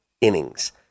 innings